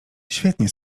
świetnie